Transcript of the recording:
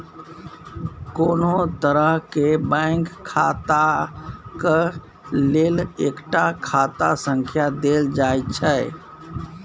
कोनो तरहक बैंक खाताक लेल एकटा खाता संख्या देल जाइत छै